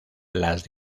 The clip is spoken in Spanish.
las